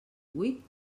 vuit